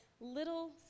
little